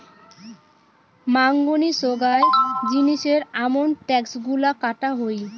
মাঙনি সোগায় জিনিসের আমন ট্যাক্স গুলা কাটা হউ